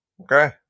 okay